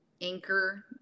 anchor